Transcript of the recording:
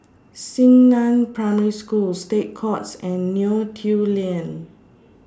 Xingnan Primary School State Courts and Neo Tiew Lane